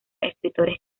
escritores